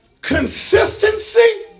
consistency